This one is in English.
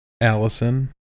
Allison